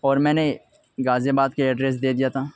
اور میں نے غازی آباد کے ایڈریس دے دیا تھا